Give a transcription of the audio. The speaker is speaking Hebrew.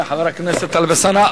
חבר הכנסת טלב אלסאנע,